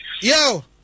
Yo